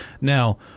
Now